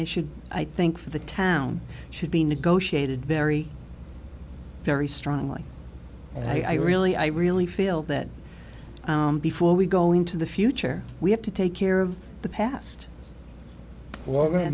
i should i think for the town should be negotiated very very strongly and i really i really feel that before we go into the future we have to take care of the past